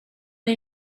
det